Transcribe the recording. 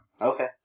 Okay